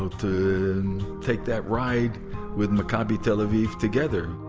um to take that ride with maccabi tel aviv together.